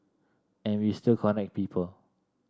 and we still connect people